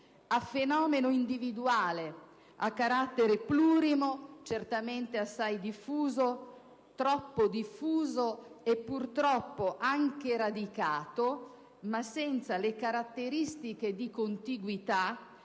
a fenomeno individuale a carattere plurimo, certamente assai diffuso, troppo diffuso, e purtroppo anche radicato, ma senza le caratteristiche di contiguità